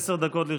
עשר דקות לרשותך.